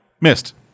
Missed